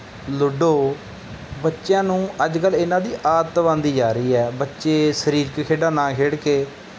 ludo ਬੱਚਿਆਂ ਨੂੰ ਅੱਜ ਕੱਲ੍ਹ ਇਹਨਾਂ ਦੀ ਆਦਤ ਬਣਦੀ ਜਾ ਰਹੀ ਹੈ ਬੱਚੇ ਸਰੀਰਕ ਖੇਡਾਂ ਨਾ ਖੇਡ ਕੇ